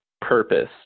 purpose